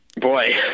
Boy